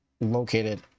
located